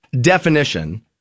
definition